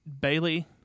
Bailey